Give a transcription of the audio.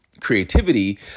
creativity